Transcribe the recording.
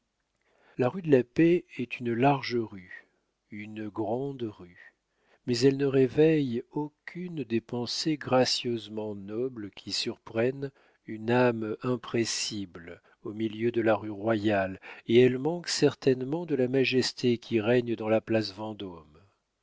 la rue de la paix est une large rue une grande rue mais elle ne réveille aucune des pensées gracieusement nobles qui surprennent une âme impressible au milieu de la rue royale et elle manque certainement de la majesté qui règne dans la place vendôme